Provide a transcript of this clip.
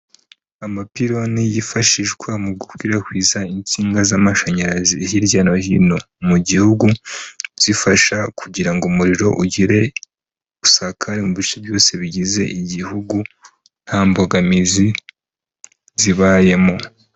Amapiloni yifashishwa mu gukwirakwiza insinga z'amashanyarazi hirya no hino mu gihugu, zifasha kugira ngo umuriro ugire usakare mu bice byose bigize igihugu nta mbogamizi zibayemo.